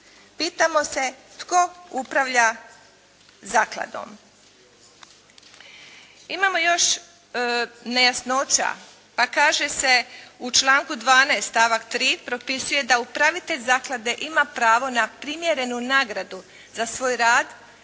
Pitamo se tko upravlja zakladom? Imamo još nejasnoća. A kaže se u članku 12. stavak 3. propisuje da upravitelj zaklade ima pravo na primjerenu nagradu za svoj rad